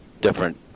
different